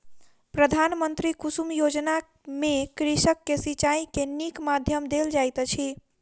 प्रधानमंत्री कुसुम योजना में कृषक के सिचाई के नीक माध्यम देल जाइत अछि